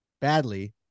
badly